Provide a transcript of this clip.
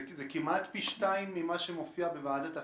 זה כמעט פי שניים ממה שמופיע בוועדת אפק.